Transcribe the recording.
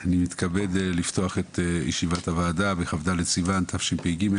אני מתכבד לפתוח את ישיבת הוועדה בכ"ד סיוון תשפ"ג,